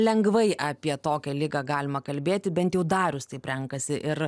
lengvai apie tokią ligą galima kalbėti bent jau darius taip renkasi ir